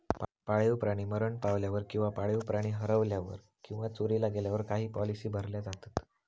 पाळीव प्राणी मरण पावल्यावर किंवा पाळीव प्राणी हरवल्यावर किंवा चोरीला गेल्यावर काही पॉलिसी भरल्या जातत